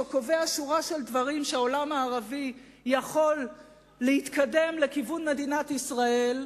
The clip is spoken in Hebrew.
שקובע שורת דברים שהעולם הערבי יכול להתקדם לכיוון מדינת ישראל,